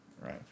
right